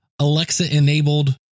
Alexa-enabled